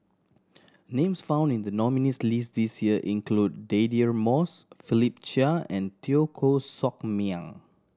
names found in the nominees' list this year include Deirdre Moss Philip Chia and Teo Koh Sock Miang